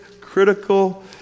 critical